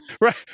Right